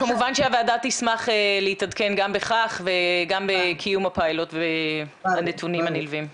כמובן שהוועדה תשמח להתעדכן גם בכך וגם בקיום הפיילוט והנתונים הנלווים.